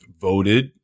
voted